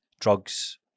drugs